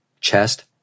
chest